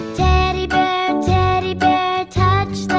teddy bear, yeah teddy bear, touch